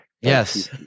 Yes